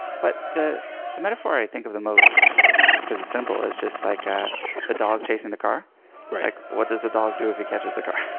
but the the metaphor i think of the most because it's simple is just like ah the dog chasing the car. like what does the dog do if he catches the car?